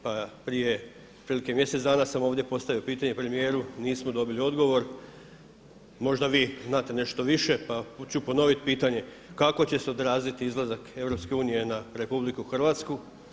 Pa prije, otprilike mjesec dana sam ovdje postavio pitanje premijeru, nismo dobili odgovor, možda vi znate nešto više pa ću ponoviti pitanje, kako će se odraziti izlazak EU na RH?